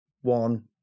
one